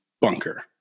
Bunker